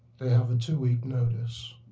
they have and two-week notice.